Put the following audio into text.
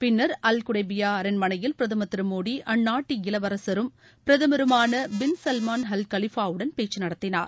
பின்னர் Al Qudaibiya அரண்மனையில் பிரதமர் திரு மோடி அந்நாட்டு இளவரசரும் பிரதமருமான பின் சல்மான் அல் ஹாலிபாவுடன் பேச்சு நடத்தினார்